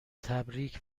تبریک